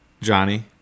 Johnny